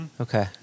Okay